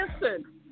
listen